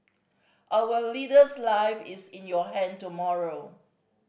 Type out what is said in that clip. our leader's life is in your hand tomorrow